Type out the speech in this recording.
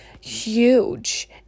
huge